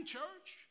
church